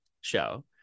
show